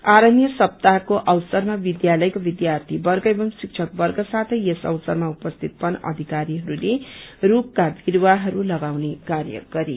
अरण्य सप्ताहको अवसरमा विद्यालयका विद्यार्थीवर्ग एवं शिक्षकवर्ग साथै यस अवसरमा उपस्थित वन अधिकारीहरूले रूखका बिरूवाहरू लगाउने कार्य गरे